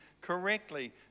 correctly